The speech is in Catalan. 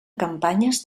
campanyes